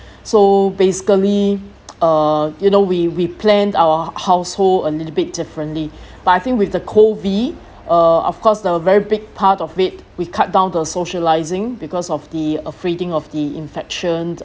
so basically uh you know we we plan our household a little bit differently but I think with the COVID uh of course the very big part of it we cut down the socialising because of the of ridding of the infection